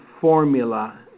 formula